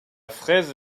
fraise